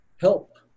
help